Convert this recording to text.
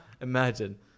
Imagine